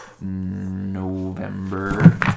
November